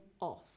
off